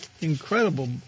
incredible